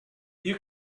you